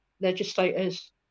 legislators